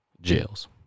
jails